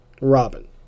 Robin